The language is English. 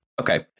Okay